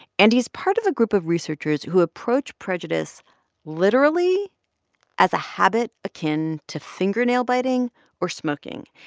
and he's part of a group of researchers who approach prejudice literally as a habit akin to fingernail biting or smoking.